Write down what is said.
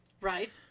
Right